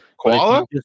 Koala